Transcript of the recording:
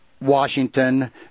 Washington